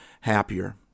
happier